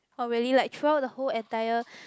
already like throughout the whole entire